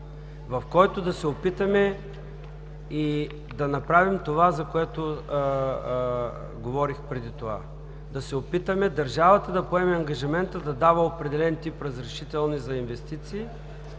в който да се опитаме да направим това, за което говорих преди малко. Да се опитаме държавата да поеме ангажимента да дава определен тип разрешителни за инвестиции,